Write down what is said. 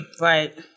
right